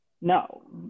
No